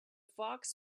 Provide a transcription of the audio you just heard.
fox